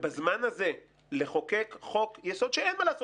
ובזמן הזה לחוקק חוק יסוד שאין מה לעשות,